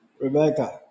Rebecca